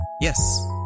yes